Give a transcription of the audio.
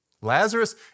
Lazarus